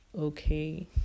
okay